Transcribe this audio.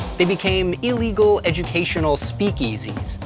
they became illegal educational speakeasies,